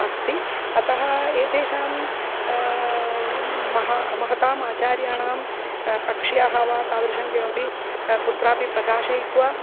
अस्ति अतः एतेषां महा महताम् आचार्याणां कक्ष्याः वा तादृशं किमपि कुत्रापि प्रकाशयित्वा